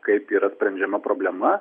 kaip yra sprendžiama problema